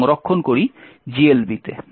সংরক্ষণ করি GLB তে